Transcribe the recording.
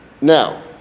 Now